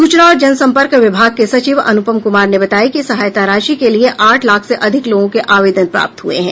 सूचना और जन संपर्क विभाग के सचिव अनुपम कुमार ने बताया कि सहायता राशि के लिये आठ लाख से अधिक लोगों के आवेदन प्राप्त हये हैं